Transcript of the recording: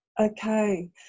Okay